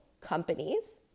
companies